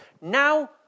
Now